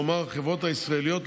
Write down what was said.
כלומר החברות הישראליות,